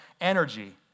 energy